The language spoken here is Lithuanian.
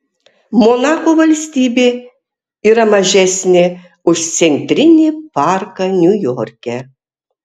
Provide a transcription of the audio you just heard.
monako valstybė yra mažesnė už centrinį parką niujorke